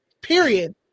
Period